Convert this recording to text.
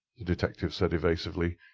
the detective said evasively.